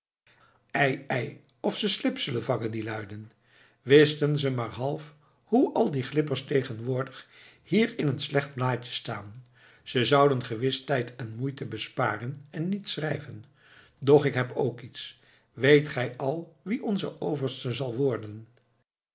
ei of ze slib zullen vangen die luiden wisten ze maar half hoe al de glippers tegenwoordig hier in een slecht blaadje staan ze zouden gewis tijd en moeite besparen en niet schrijven doch ik heb ook iets weet gij al wie onze overste zal worden